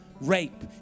rape